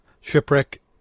Shipwreck